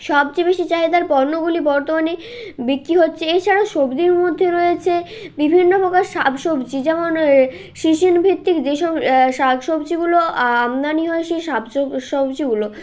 সবচেয়ে বেশি চাহিদার পণ্যগুলি বর্তমানে বিক্রি হচ্ছে এছাড়াও সবজির মধ্যে রয়েছে বিভিন্ন প্রকার শাক সবজি যেমন সিজন ভিত্তিক যেই সব শাক সবজিগুলো আমদানি হয় সেই শাক সবজিগুলো